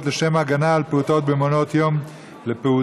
לשם הגנה על פעוטות במעונות יום לפעוטות,